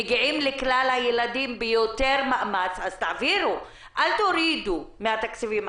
מגיעים לכלל הילדים ביותר מאמץ אז אל תורידו מהתקציבים.